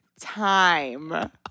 time